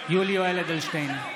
בעד יולי יואל אדלשטיין,